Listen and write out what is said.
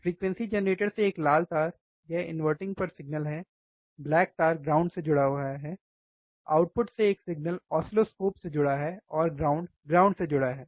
frequency generator से एक लाल तार यह इन्वर्टिंग पर सिग्नल है ब्लैक तार ग्राउंड से जुड़ा हुआ हैआउटपुट से एक सिग्नल ऑसिलोस्कोप से जुड़ा है और ग्राउंड ग्राउंड से जुड़ा है